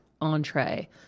entree